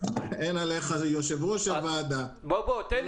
אין עליך, יושב-ראש הוועדה, כל הכבוד לך.